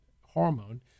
hormone